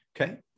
okay